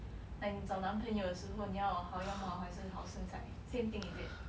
like 你找男朋友的时候你要好样貌还是好身材 same thing is it